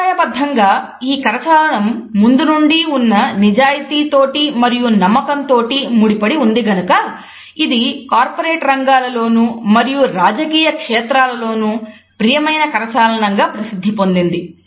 సాంప్రదాయబద్దంగా ఈ కరచాలనం ముందు నుండి ఉన్న నిజాయితీ తోటి మరియు నమ్మకం తోటి ముడిపడి ఉంది గనుక ఇది కార్పొరేట్ రంగాలలోనూ మరియు రాజకీయ క్షేత్రాలలోనూ ప్రియమైన కరచాలనం గా ప్రసిద్ధి పొందింది